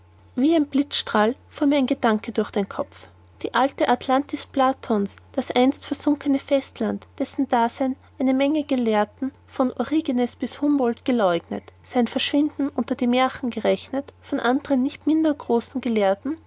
wie ein blitzstrahl fuhr mir ein gedanke durch den kopf die alte atlantis platon's das einst versunkene festland dessen dasein eine menge gelehrten von origenes an bis humboldt geleugnet sein verschwinden unter die märchen gerechnet von anderen nicht minder großen gelehrten